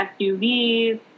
SUVs